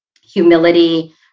humility